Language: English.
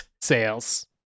sales